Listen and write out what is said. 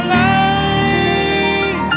life